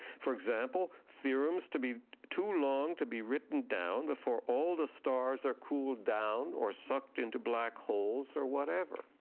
for example, theorems to be too long to be written down before all the stars are cooled down, or sucked into black holes, or whatever.